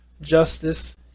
justice